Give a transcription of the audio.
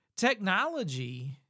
Technology